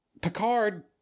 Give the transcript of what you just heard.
Picard